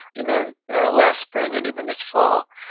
you know last spring and even this fall.